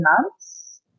months